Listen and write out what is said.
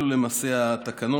אלו למעשה התקנות.